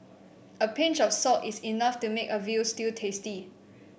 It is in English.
a pinch of salt is enough to make a veal stew tasty